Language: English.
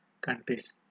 countries